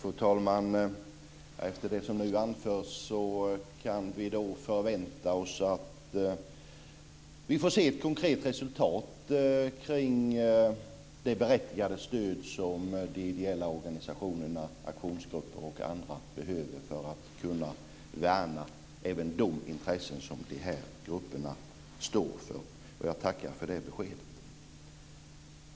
Fru talman! Efter det som nu anförs kan vi förvänta oss att vi får se ett konkret resultat kring det berättigade stöd som de ideella organisationerna, aktionsgrupper och andra behöver för att kunna värna de intressen som dessa grupper står för. Jag tackar för det beskedet.